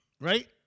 right